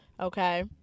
okay